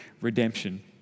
redemption